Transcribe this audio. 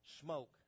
Smoke